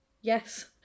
Yes